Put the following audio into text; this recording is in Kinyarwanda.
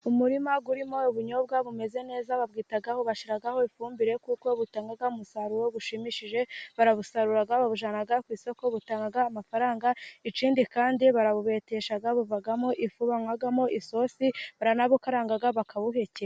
Umurima urimo ubunyobwa bumeze neza, babwitagaho bashyiraho ifumbire, kuko butanga umusaruro, ushimishije barabusarura babujyana ku isoko, butanga amafaranga, ikindi kandi ,havamo ifu banywamo isosi, baranabukaranga, bakanabuhekenya.